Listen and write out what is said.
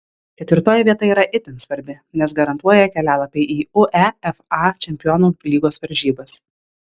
ketvirtoji vieta yra itin svarbi nes garantuoja kelialapį į uefa čempionų lygos varžybas